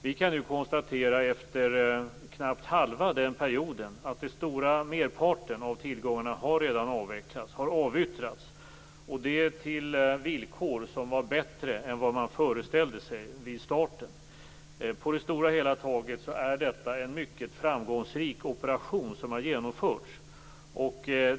Vi kan nu efter knappt halva den perioden konstatera att den stora merparten av tillgångarna redan har avvecklats och avyttrats, och det till villkor som var bättre än vad man föreställde sig i starten. På det stora hela taget är det en mycket framgångsrik operation som har genomförts.